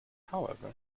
however